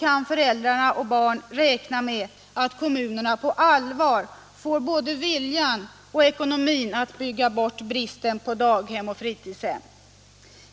kan föräldrar och barn räkna med att kommunerna på allvar får både viljan och ekonomin att bygga bort bristen på daghem och fritidshem.